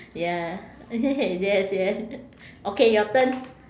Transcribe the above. ya yes yes okay your turn